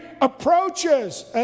approaches